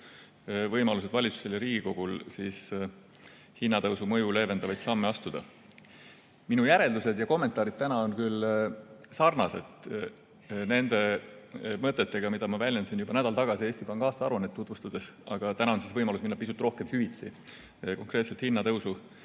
võimalused hinnatõusu mõju leevendavaid samme astuda. Minu järeldused ja kommentaarid täna on küll sarnased nende mõtetega, mida ma väljendasin juba nädal tagasi Eesti Panga aastaaruannet tutvustades, aga täna on siis võimalus minna pisut rohkem süvitsi konkreetselt hinnatõusu